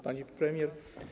Pani Premier!